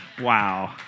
Wow